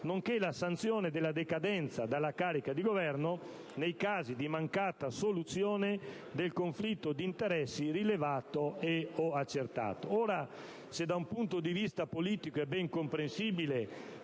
nonché la sanzione della decadenza dalla carica di governo nei casi di mancata soluzione del conflitto di interessi rilevato e/o accertato. Ora, se da un punto di vista politico è ben comprensibile